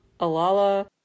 Alala